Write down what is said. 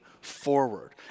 forward